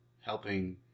helping